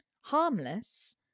harmless